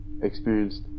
experienced